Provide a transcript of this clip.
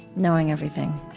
knowing everything.